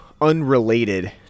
unrelated